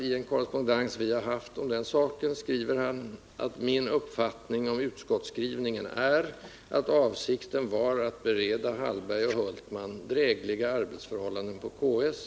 I en korrespondens som vi haft om behandlingen av detta ärende skriver han nämligen: ”Min uppfattning om utskottsskrivningen är att avsikten var att bereda Hallberg och Hultman drägliga arbetsförhållanden på KS.”